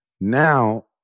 Now